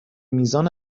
میزان